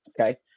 Okay